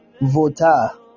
vota